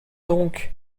donc